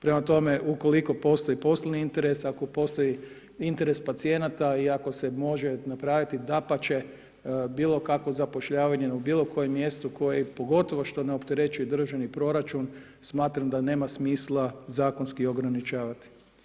Prema tome, ukoliko postoji poslovni interes, ako postoji interes pacijenata i ako se može napraviti, dapače, bilo kakvo zapošljavanje u bilo kojem mjestu koji, pogotovo što ne opterećuje državni proračun, smatram da nema smisla zakonski ograničavati.